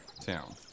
town